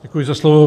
Děkuji za slovo.